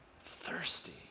Thirsty